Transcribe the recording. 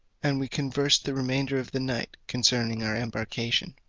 and we conversed the remainder of the night concerning our embarkation.